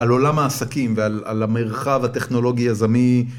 על עולם העסקים ועל המרחב הטכנולוגי יזמי